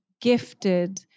gifted